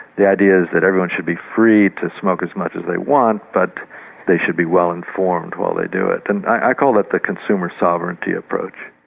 the idea is that everyone should be free to smoke as much as they want, but they should be well informed while they do it. and i call that the consumer sovereignty approach.